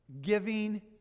giving